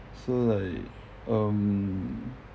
so like um